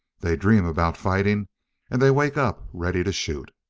they dream about fighting and they wake up ready to shoot.